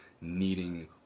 needing